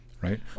right